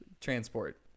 transport